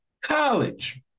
college